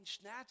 snatch